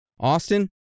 Austin